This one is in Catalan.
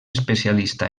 especialista